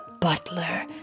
butler